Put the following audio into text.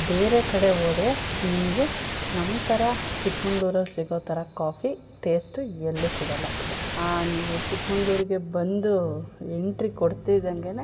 ಬೇರೆ ಕಡೆ ಹೋದ್ರೆ ನಿಮಗೆ ನಮ್ಮ ಥರ ಚಿಕ್ಕಮಂಗ್ಳೂರಲ್ಲಿ ಸಿಗೋ ಥರ ಕಾಫಿ ಟೇಸ್ಟು ಎಲ್ಲೂ ಸಿಗೋಲ್ಲ ಆ ನೀವು ಚಿಕ್ಕಮಂಗ್ಳೂರಿಗೆ ಬಂದು ಎಂಟ್ರಿ ಕೊಡ್ತಿದ್ದಂಗೇನೆ